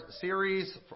series